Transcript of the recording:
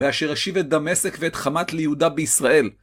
מאשר השיב את דמשק ואת חמת ליהודה בישראל.